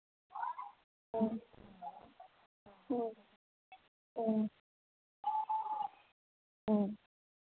ꯑꯥ ꯍꯣꯏ ꯑꯣ ꯍꯣꯏ